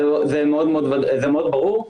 זה מאוד ברור,